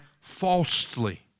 falsely